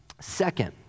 Second